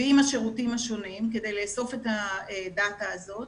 ועם השירותים השונים כדי לאסוף את הדאטה זאת,